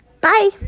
Bye